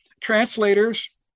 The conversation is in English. translators